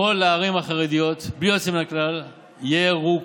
כל הערים החרדיות בלי יוצא מהכלל ירוקות.